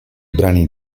brani